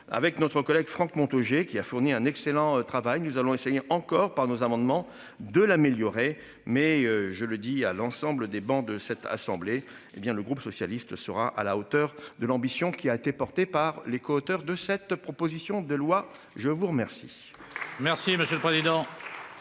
avec notre collègue Franck Montaugé qui a fourni un excellent travail. Nous allons essayer encore par nos amendements, de l'améliorer, mais je le dis à l'ensemble des bancs de cette assemblée, hé bien le groupe socialiste sera à la hauteur de l'ambition qui a été porté par les coauteur de cette proposition de loi, je vous remercie. Merci monsieur le président.